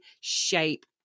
shape